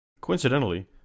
Coincidentally